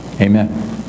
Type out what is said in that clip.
Amen